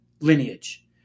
lineage